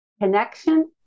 Connection